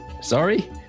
sorry